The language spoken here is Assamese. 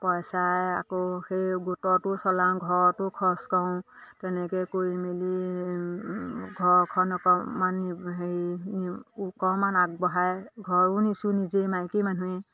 পইচাৰে আকৌ সেই গোটতো চলাওঁ ঘৰতো খৰচ কওঁ তেনেকৈ কৰি মেলি ঘৰখন অকণমান হেৰি অকণমান আগবঢ়ায় ঘৰো নিচোঁ নিজেই মাইকী মানুহেই